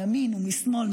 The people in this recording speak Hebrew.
מהימין ומשמאל,